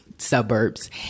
suburbs